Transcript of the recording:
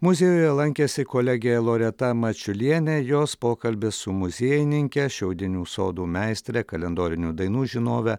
muziejuje lankėsi kolegė loreta mačiulienė jos pokalbis su muziejininke šiaudinių sodų meistre kalendorinių dainų žinove